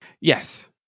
Yes